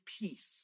peace